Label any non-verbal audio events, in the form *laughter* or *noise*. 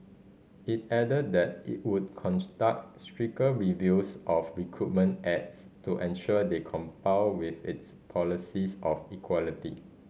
it added that it would *unintelligible* stricter reviews of recruitment ads to ensure they *unintelligible* with its policies of equality